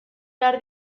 behar